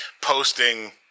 Posting